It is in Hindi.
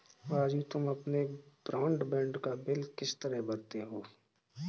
राजू तुम अपने ब्रॉडबैंड का बिल किस तरह भरते हो